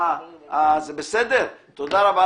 תודה רבה,